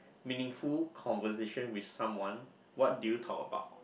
meaningful conversation with someone what did you talk about